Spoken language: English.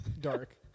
dark